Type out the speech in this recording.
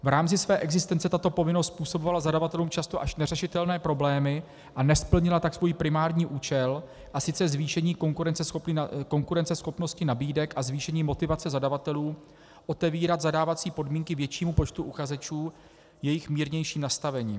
V rámci své existence tato povinnost způsobovala zadavatelům často až neřešitelné problémy a nesplnila tak svůj primární účel, a sice zvýšení konkurenceschopnosti nabídek a zvýšení motivace zadavatelů otevírat zadávací podmínky většímu počtu uchazečů jejich mírnějším nastavením.